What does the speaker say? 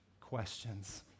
questions